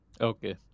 okay